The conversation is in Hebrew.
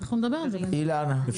אילנה, בבקשה.